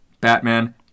Batman